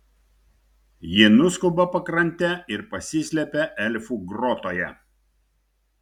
ji nuskuba pakrante ir pasislepia elfų grotoje